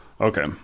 Okay